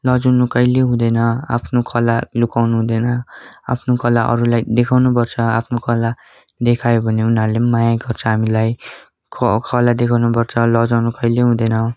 लजाउनु कहिल्यै हुँदैन आफ्नो कला लुकाउनु हुँदैन आफ्नो कला अरूलाई देखाउनु पर्छ आफ्नो कला देखायो भने उनीहरूले पनि माया गर्छ हामीलाई क कला देखाउनु पर्छ लजाउनु कहिल्यै हुँदैन